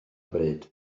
bryd